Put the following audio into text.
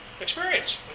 experience